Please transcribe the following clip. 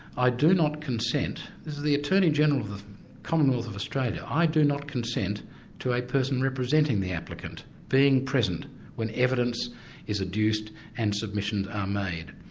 i do not consent this is the attorney-general of the commonwealth of australia i do not consent to a person representing the applicant being present when evidence is adduced and submissions are made.